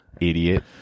Idiot